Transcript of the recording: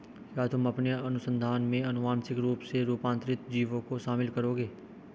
क्या तुम अपने अनुसंधान में आनुवांशिक रूप से रूपांतरित जीवों को शामिल करोगे?